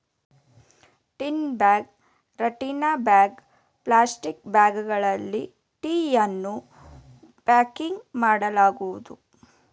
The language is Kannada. ಟಿನ್ ಬ್ಯಾಗ್, ರಟ್ಟಿನ ಬ್ಯಾಗ್, ಪ್ಲಾಸ್ಟಿಕ್ ಬ್ಯಾಗ್ಗಳಲ್ಲಿ ಟೀಯನ್ನು ಪ್ಯಾಕಿಂಗ್ ಮಾಡಲಾಗುವುದು